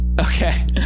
Okay